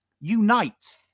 Unite